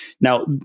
Now